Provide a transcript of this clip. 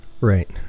Right